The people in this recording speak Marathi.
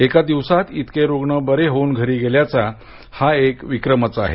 एका दिवसांत इतके रुग्ण बरे होऊन घरी गेल्याचा हा एक विक्रमच आहे